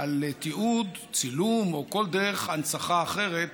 על תיעוד, צילום או כל דרך הנצחה אחרת